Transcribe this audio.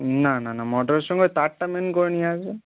না না না মটরের সঙ্গে তারটা মেন করে নিয়ে আসবেন